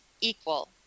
equal